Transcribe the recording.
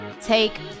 take